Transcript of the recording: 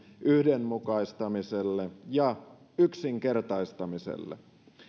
yhdenmukaistamiselle ja yksinkertaistamiselle